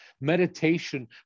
Meditation